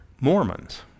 Mormons